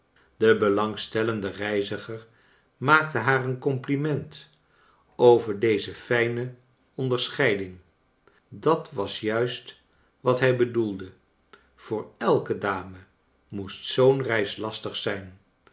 de belangstellende reiziger maakte haar een compliment over deze fijne onderscheiding dat was juist wat hij bedoelde voor elke dame moest zoou reis lastig zijn